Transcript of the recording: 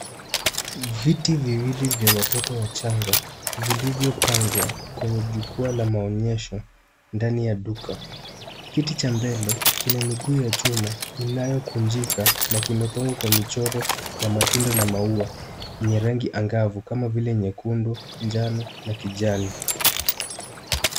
Viti viwili vya watoto wachanga vilivyopangwa kwenye jukwaa la maonyesho ndani ya duka. Kiti cha mbele kina miguu ya chuma inayokunjika na kimepangwa kwa michoro ya matunda na maua. Ni ya rangi angavu kama vile: nyekundu, njano na kijani.